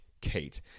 Kate